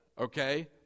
okay